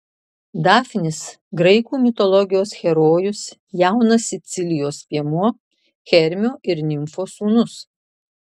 dafnis graikų mitologijos herojus jaunas sicilijos piemuo hermio ir nimfos sūnus